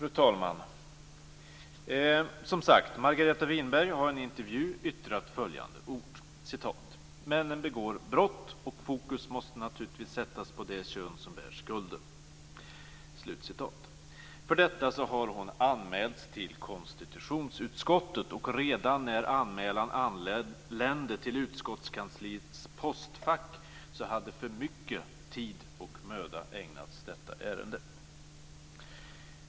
Fru talman! Margareta Winberg har, som sagt var, i en intervju yttrat följande ord: "Männen begår brott och fokus måste naturligtvis sättas på det kön som bär skulden." För detta har hon anmälts till konstitutionsutskottet. Redan när anmälan anlände till utskottskansliets postfack hade för mycket tid och möda ägnats detta ärende.